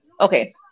Okay